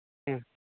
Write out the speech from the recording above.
ꯎꯝ